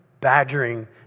badgering